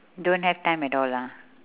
don't have time at all ah